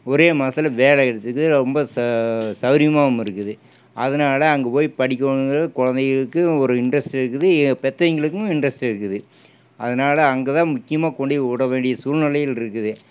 ஒரே மாசத்தில் வேலை கிடச்சிது ரொம்ப ச சவுகரியமாவும் இருக்குது அதனால அங்கே போயி படிக்கணுங்குறது குழந்தைங்களுக்கு ஒரு இன்ட்ரஸ்ட் இருக்குது பெத்தவங்களுக்கு இன்ட்ரஸ்ட் இருக்குது அதனால அங்கே தான் முக்கியமாக கொண்டி விடவேண்டிய சூழ்நிலையில் இருக்குது